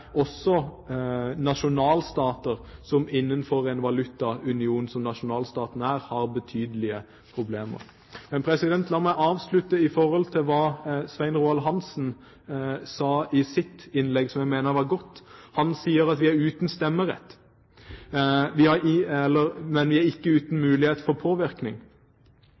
også nasjonalstater innenfor en valutaunion som har betydelige problemer. La meg avslutte med hva Svein Roald Hansen sa i sitt innlegg, som jeg mener var godt. Han sier: «Vi er uten stemmerett, men vi er ikke uten muligheter for innflytelse.» Og vi er «fraværende» i forhold til politikkutforming, sier representanten også. Det er